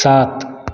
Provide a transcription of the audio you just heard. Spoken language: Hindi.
सात